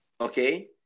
okay